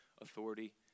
authority